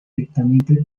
directamente